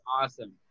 awesome